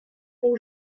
pour